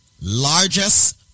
largest